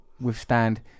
withstand